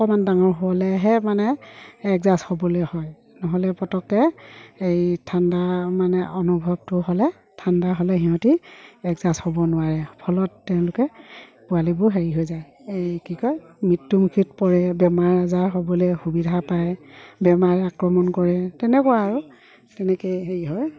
অকণমান ডাঙৰ হ'লেহে মানে এডজাষ্ট হ'বলৈ হয় নহ'লে পটককৈ এই ঠাণ্ডা মানে অনুভৱটো হ'লে ঠাণ্ডা হ'লে সিহঁতি এডজাষ্ট হ'ব নোৱাৰে আৰু ফলত তেওঁলোকে পোৱালিবোৰ হেৰি হৈ যায় এই কি কয় মৃত্যুমুখীত পৰে বেমাৰ আজাৰ হ'বলৈ সুবিধা পায় বেমাৰে আক্ৰমণ কৰে তেনেকুৱা আৰু তেনেকৈয়ে হেৰি হয়